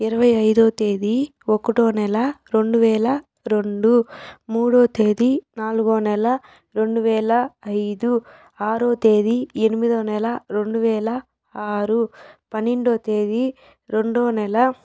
ఇరవై ఐదో తేదీ ఒకటో నెల రెండు వేల రెండు మూడో తేదీ నాలుగో నెల రెండు వేల ఐదు ఆరో తేదీ ఎనిమిదో నెల రెండు వేల ఆరు పన్నెండో తేదీ రెండో నెల